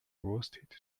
roasted